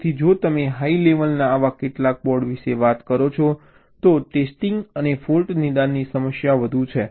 તેથી જો તમે હાઈ લેવલના આવા કેટલાંક બોર્ડ વિશે વાત કરો છો તો ટેસ્ટિંગ અને ફૉલ્ટ નિદાનની સમસ્યા વધુ છે